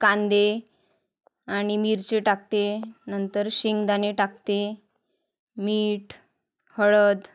कांदे आणि मिरची टाकते नंतर शेंगदाणे टाकते मीठ हळद